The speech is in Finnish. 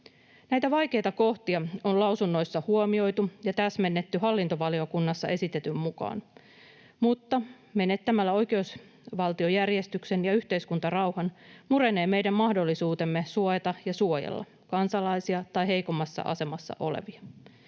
Näitä vaikeita kohtia on lausunnoissa huomioitu ja täsmennetty hallintovaliokunnassa esitetyn mukaan, mutta menettämällä oikeusvaltiojärjestyksen ja yhteiskuntarauhan murenee meidän mahdollisuutemme suojata ja suojella kansalaisia tai heikommassa asemassa olevia.